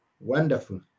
Wonderful